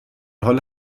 حال